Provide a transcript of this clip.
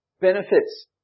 benefits